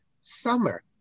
summer